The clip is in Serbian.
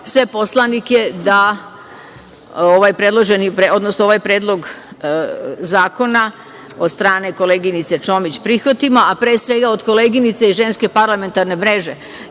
sve poslanike da ovaj predlog zakona od strane koleginice Čomić, prihvatimo, a pre svega od koleginica iz Ženske parlamentarne mreže. Jedna